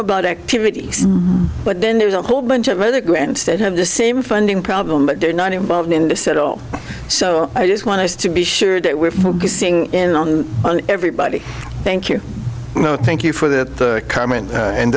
about activities but then there's a whole bunch of other grants that have the same funding problem but they're not involved in this at all so i just want us to be sure that we're focusing in on everybody thank you thank you for that comment and